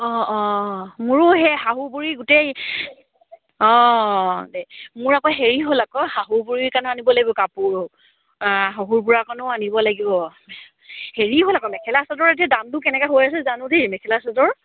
অঁ অঁ মোৰো সেই শাহুবুঢ়ীৰ গোটেই অঁ দে মোৰ আকৌ হেৰি হ'ল আকৌ শাহুবুঢ়ীৰ কাৰণে আনিব লাগিব কাপোৰ শহুৰ বুঢ়া কাৰণেও আনিব লাগিব হেৰি হ'ল আকৌ মেখেলা চাদৰ এতিয়া দামটো কেনেকুৱা হৈ আছে জানো দেই মেখেলা চাদৰ